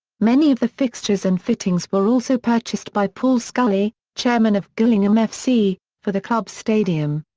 many of the fixtures and fittings were also purchased by paul scally, chairman of gillingham f c, for the club's stadium.